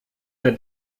der